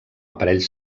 aparell